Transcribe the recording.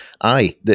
aye